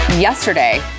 Yesterday